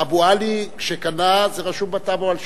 אבו עלי, כשקנה, זה רשום בטאבו על שמו,